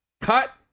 cut